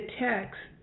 text